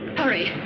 hurry.